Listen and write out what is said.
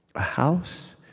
a house?